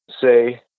say